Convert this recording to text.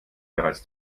bereits